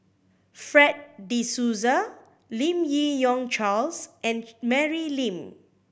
Fred De Souza Lim Yi Yong Charles and Mary Lim